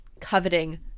coveting